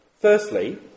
Firstly